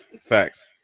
Facts